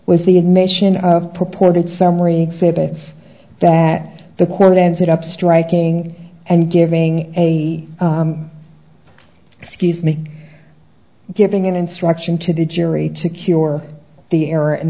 was the admission of purported summary exhibits that the court ended up striking and giving a excuse me giving an instruction to the jury to secure the er